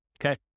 okay